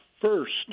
first